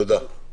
תודה.